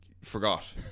forgot